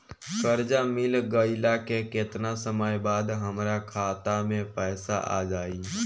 कर्जा मिल गईला के केतना समय बाद हमरा खाता मे पैसा आ जायी?